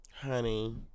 honey